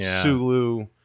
Sulu